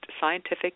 scientific